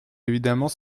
évidemment